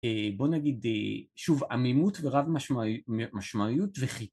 א...בוא נגיד א...שוב עמימות ורב משמעי-א-משמעיות וחי...